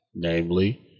Namely